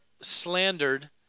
slandered